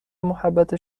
محبت